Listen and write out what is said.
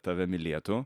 tave mylėtų